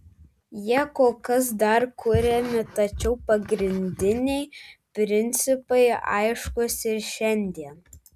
jie kol kas dar kuriami tačiau pagrindiniai principai aiškūs ir šiandien